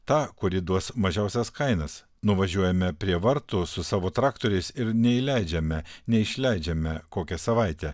tą kuri duos mažiausias kainas nuvažiuojame prie vartų su savo traktoriais ir neįleidžiame neišleidžiame kokią savaitę